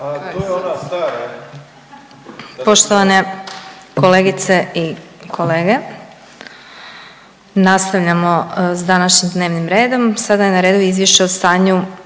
U 16,12 SATI Poštovane kolegice i kolege, nastavljamo sa današnjim dnevnim redom. Sada je na redu - Izvješće o stanju